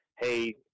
Hey